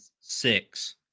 six